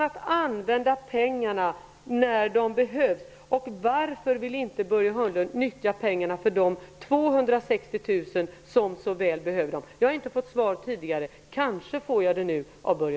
260 000 som så väl behöver dem? Jag har inte fått svar tidigare. Kanske får jag det nu av Börje